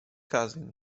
cousin